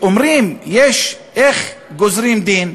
אומרים, איך גוזרים דין?